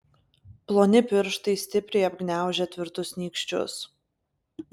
ploni pirštai stipriai apgniaužę tvirtus nykščius